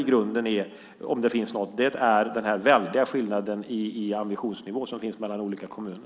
Problemet, om det finns något, är den väldiga skillnaden i ambitionsnivå som finns mellan olika kommuner.